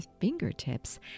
fingertips